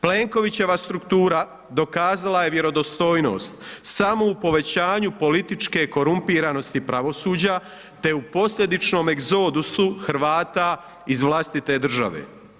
Plenkovićeva struktura dokazala je vjerodostojnost samo u povećanju političke korumpiranosti pravosuđa te u posljedičnom egzodusu Hrvata iz vlastite države.